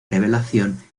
revelación